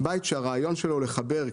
בית שהרעיון שלו הוא לחבר קהילה,